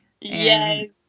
Yes